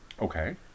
okay